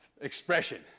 expression